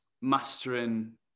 mastering